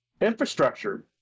infrastructure